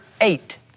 eight